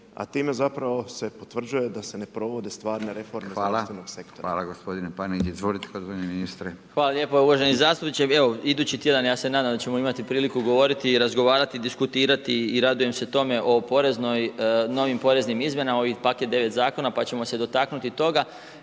a time zapravo se potvrđuje da se ne provode stvarne reforme u zdravstvenom sektoru. **Radin, Furio (Nezavisni)** Hvala gospodine Panenić. Izvolite gospodine ministre. **Marić, Zdravko** Hvala lijepa. Uvaženi zastupniče, evo idući tjedan ja se nadam da ćemo imati priliku govoriti i razgovarati, diskutirati i radujem se tome o novim poreznim izmjenama, ovaj paket 9 zakona, pa ćemo se dotaknuti toga.